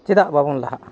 ᱪᱮᱫᱟᱜ ᱵᱟᱵᱚᱱ ᱞᱟᱦᱟᱜᱼᱟ